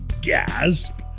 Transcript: gasp